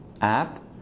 app